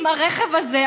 עם הרכב הזה,